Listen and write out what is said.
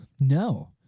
no